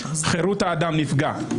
חירות האדם נפגעת.